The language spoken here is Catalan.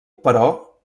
però